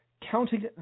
counting